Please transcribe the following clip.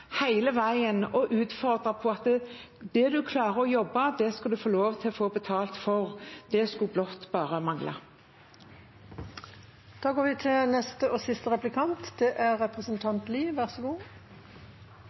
hele veien å utfordre med tanke på at klarer man å jobbe, skal man få betalt for det. Det skulle bare mangle. Jeg er glad for at representanten Vervik Bollestad og